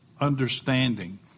understanding